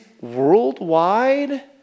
worldwide